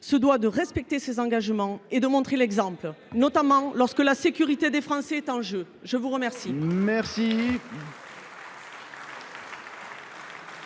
se doit de respecter ses engagements et de montrer l’exemple, notamment lorsque la sécurité des Français est en jeu. La parole